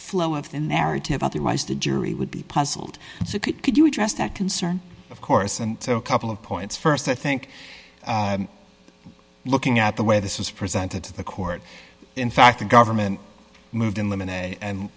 flow of the narrative otherwise the jury would be puzzled as a kid could you address that concern of course and a couple of points st i think looking at the way this was presented to the court in fact the government moved in limon and